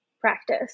practice